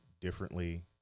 differently